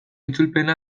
itzulpena